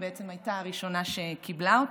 ובעצם הייתה הראשונה שקיבלה אותי.